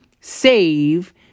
save